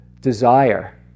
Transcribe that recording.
desire